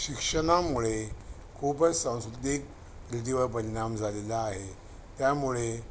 शिक्षणामुळे खूपच सांस्कृतिक रीतीवर परिणाम झालेला आहे त्यामुळे